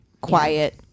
quiet